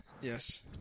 Yes